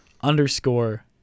underscore